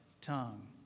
tongue